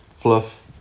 fluff